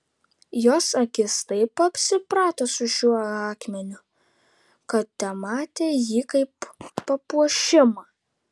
jos akis taip apsiprato su šiuo akmeniu kad tematė jį kaip papuošimą